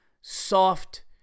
soft